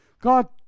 God